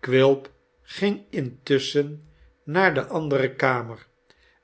quilp ging intusschen naar de andere kamer